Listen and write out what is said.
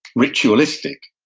ritualistic.